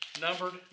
Numbered